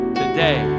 today